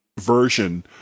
version